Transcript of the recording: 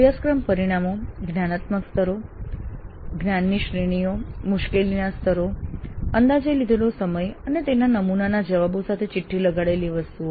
અભ્યાસક્રમ પરિણામો જ્ઞાનાત્મક સ્તરો જ્ઞાનની શ્રેણીઓ મુશ્કેલીના સ્તરો અંદાજે લીધેલો સમય અને તેના નમૂનાના જવાબો સાથે ચિઠ્ઠી લગાવેલી વસ્તુઓ